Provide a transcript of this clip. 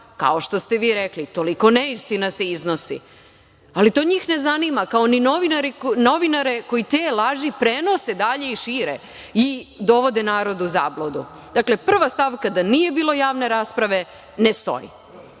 Kao što ste vi rekli, toliko neistina se iznosi. To njih ne zanima, kao ni novinare koji te laži prenose dalje i šire i dovode narod u zabludu. Dakle, prva stavka da nije bilo javne rasprave ne stoji. Druga